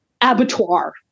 abattoir